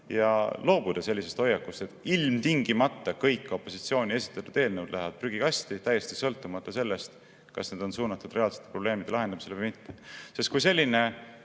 ja loobuda sellisest hoiakust, et ilmtingimata kõik opositsiooni esitatud eelnõud lähevad prügikasti, täiesti sõltumata sellest, kas need on suunatud reaalsete probleemide lahendamisele või mitte.